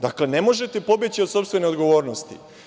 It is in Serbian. Dakle, ne možete pobeći od sopstvene odgovornosti.